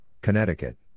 Connecticut